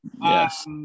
yes